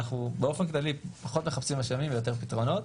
אנחנו באופן כללי פחות מחפשים אשמים ויותר פתרונות.